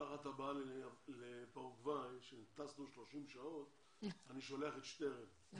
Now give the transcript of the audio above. בפעם הבאה במשלחת לפרגוואי אליה טסנו 30 שעות אני שולח את שטרן.